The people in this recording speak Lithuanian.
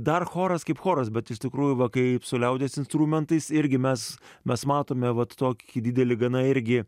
dar choras kaip choras bet iš tikrųjų va kai su liaudies instrumentais irgi mes mes matome vat tokį didelį gana irgi